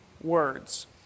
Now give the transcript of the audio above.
words